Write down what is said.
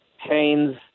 Haynes